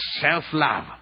Self-love